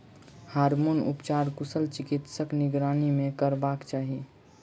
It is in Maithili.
हार्मोन उपचार कुशल चिकित्सकक निगरानी मे करयबाक चाही